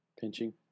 Pinching